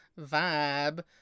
vibe